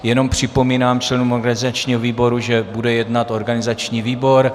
Jenom připomínám členům organizačního výboru, že bude jednat organizační výbor.